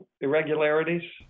irregularities